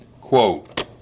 quote